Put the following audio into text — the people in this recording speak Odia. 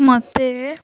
ମୋତେ